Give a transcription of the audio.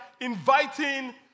inviting